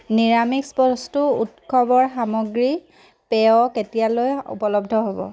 নিৰামিষ বস্তু উৎসৱৰ সামগ্ৰী পেয় কেতিয়ালৈ উপলব্ধ হ'ব